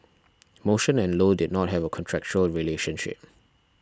motion and low did not have a contractual relationship